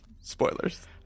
spoilers